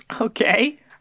Okay